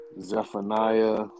Zephaniah